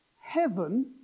heaven